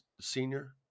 senior